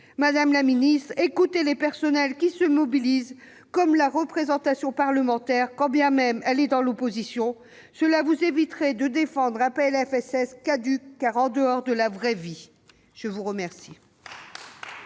Madame la ministre, écoutez les personnels qui se mobilisent, et écoutez la représentation parlementaire, quand bien même elle est dans l'opposition ! Cela vous éviterait de défendre un PLFSS caduc, car en dehors de la vraie vie ! La parole